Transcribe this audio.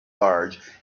large